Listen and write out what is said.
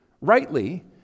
rightly